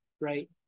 right